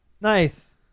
nice